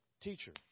Teacher